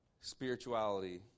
spirituality